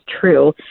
true